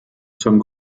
some